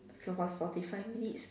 so by forty five minutes